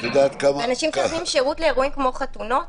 ואנשים שנותנים שירות לאירועים כמו חתונות